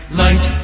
light